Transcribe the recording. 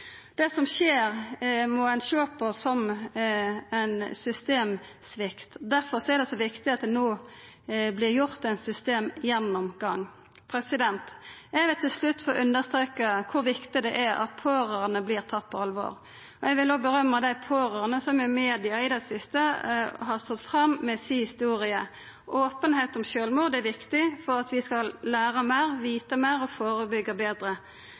Det som skjer, må ein sjå på som ein systemsvikt. Derfor er det så viktig at det no vert gjort ein systemgjennomgang. Eg vil til slutt få understreka kor viktig det er at pårørande vert tatt på alvor. Eg vil òg rosa dei pårørande som i media i det siste har stått fram med historiene sine. Openheit om sjølvmord er viktig for at vi skal læra meir, vita meir og førebyggja betre.